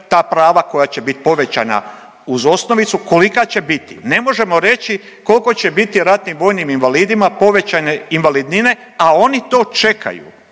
Ta prava koja će bit povećana uz osnovicu kolika će biti, ne možemo reći kolko će biti RVI povećane invalidnine, a oni to čekaju,